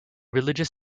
religious